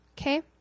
Okay